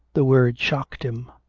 the word shocked him,